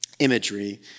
imagery